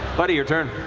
buddy, your turn.